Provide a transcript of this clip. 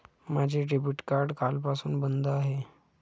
माझे debit card कालपासून बंद आहे